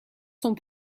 sont